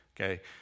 Okay